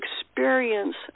experience